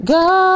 God